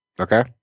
Okay